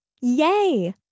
Yay